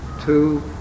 two